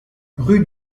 rue